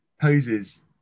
poses